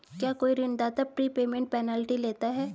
क्या कोई ऋणदाता प्रीपेमेंट पेनल्टी लेता है?